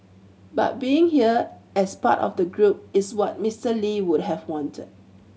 but being here as part of the group is what Mister Lee would have wanted